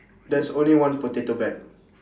there's only one potato bag